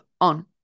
on